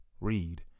Read